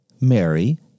Mary